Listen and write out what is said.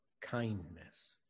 kindness